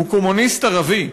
/ הוא קומוניסט ערבי.